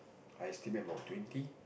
I estimate about twenty